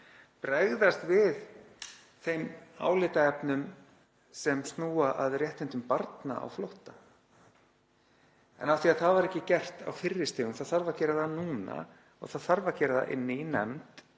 bregðast við þeim álitaefnum sem snúa að réttindum barna á flótta. En af því að það var ekki gert á fyrri stigum þá þarf að gera það núna og það þarf að gera það inni í nefnd,